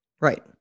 right